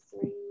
three